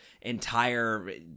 entire